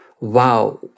wow